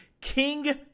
King